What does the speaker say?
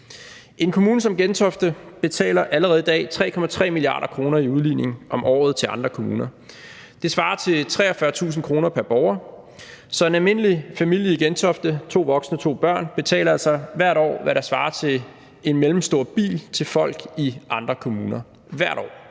En kommune som Gentofte betaler allerede i dag 3,3 mia. kr. i udligning om året til andre kommuner. Det svarer til 43.000 kr. pr. borger, så en almindelig familie i Gentofte – to voksne, to børn – betaler altså hvert år, hvad der svarer til en mellemstor bil til folk i andre kommuner. Hvert år